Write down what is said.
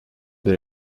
bir